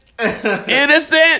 Innocent